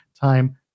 time